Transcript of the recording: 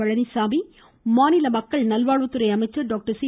பழனிச்சாமி மாநில மக்கள் நல்வாழ்வுத் துறை அமைச்சர் டாக்டர் சி